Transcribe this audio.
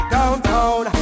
Downtown